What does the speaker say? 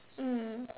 mm